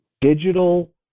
digital